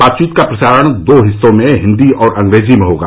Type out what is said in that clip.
बातचीत का प्रसारण दो हिस्सों में हिंदी और अंग्रेजी में होगा